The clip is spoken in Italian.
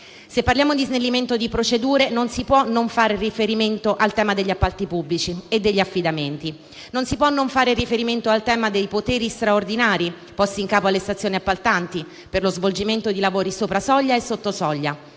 Se parliamo di snellimento di procedure, non si può non fare riferimento al tema degli appalti pubblici e degli affidamenti e a quello dei poteri straordinari posti in capo alle stazioni appaltanti per lo svolgimento di lavori sopra soglia e sotto soglia